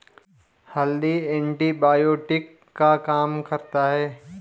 हल्दी एंटीबायोटिक का काम करता है